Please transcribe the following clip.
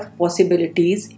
possibilities